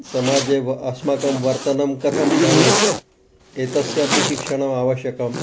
समाजे वा अस्माकं वर्धनं कथं भवेत् एतस्यापि शिक्षणम् आवश्यकम्